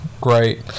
great